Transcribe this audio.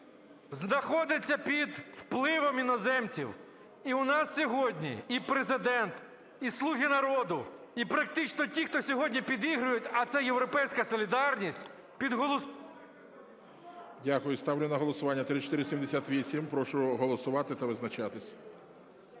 знаходиться під впливом іноземців. І у нас сьогодні і Президент, і "слуги народу", і практично ті, хто сьогодні підігрують, а це "Європейська солідарність"… ГОЛОВУЮЧИЙ Дякую. Ставлю на голосування 3478. Прошу голосувати та визначатись.